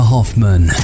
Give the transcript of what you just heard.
Hoffman